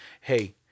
hey